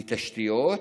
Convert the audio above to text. לתשתיות,